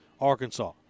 Arkansas